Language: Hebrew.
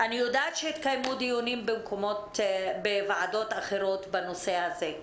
אני יודעת שהתקיימו דיונים בוועדות אחרות בנושא הזה.